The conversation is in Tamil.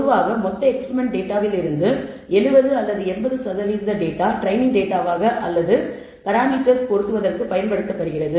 பொதுவாக மொத்த எக்ஸ்பிரிமெண்ட் டேட்டாவில் இருந்து 70 அல்லது 80 சதவிகித டேட்டா ட்ரைனிங் டேட்டாவாக அல்லது பாராமீட்டர்ஸ் பொருத்துவதற்குப் பயன்படுத்தப்படுகிறது